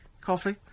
Coffee